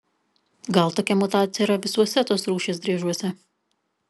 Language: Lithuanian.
gal tokia mutacija yra visuose tos rūšies driežuose